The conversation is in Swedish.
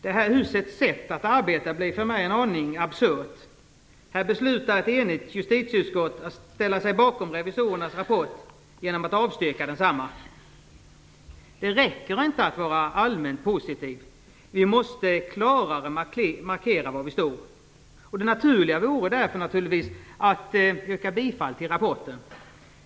Det här husets sätt att arbeta på blir för mig en aning absurt. Ett enigt justitieutskott beslutar att ställa sig bakom revisorernas rapport genom att avstyrka densamma! Det räcker inte att vara allmänt positiv. Vi måste klarare markera var vi står. Det naturliga vore därför att yrka bifall till rapporten.